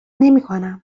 نمیکنم